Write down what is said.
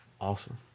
awesome